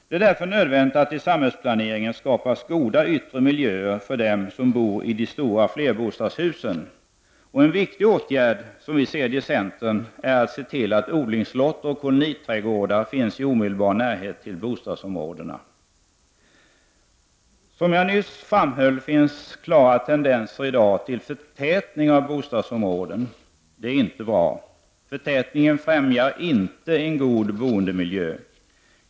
Det är därför nödvändigt att det i samhällsplaneringen skapas goda yttre miljöer för dem som bor i de stora flerbostadshusen. En viktig åtgärd är, som vi ser det i centern, att se till att odlingslotter och koloniträdgårdar finns i omedelbar närhet till bostadsområdena. Som jag nyss framhöll finns klara tendenser till förtätning av bostadsområden. Det är inte bra. Förtätningen främjar inte en god boendemiljö.